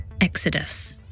Exodus